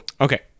Okay